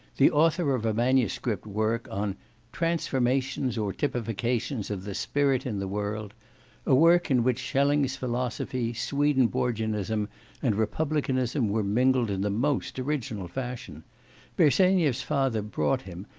the author of a manuscript work on transformations or typifications of the spirit in the world' a work in which schelling's philosophy, swedenborgianism and republicanism were mingled in the most original fashion bersenyev's father brought him,